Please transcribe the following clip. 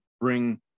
bring